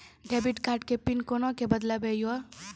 Debit card के pin कोना के बदलबै यो?